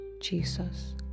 jesus